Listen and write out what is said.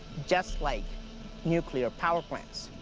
just like nuclear power plants.